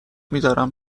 میدارم